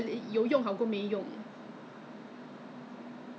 天啊这么多 steps I really cannot remember all these stuff leh